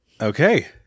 Okay